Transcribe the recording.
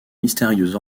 mystérieuse